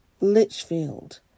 Litchfield